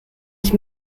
ich